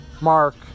Mark